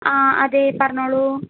ആ അതെ പറഞ്ഞോളു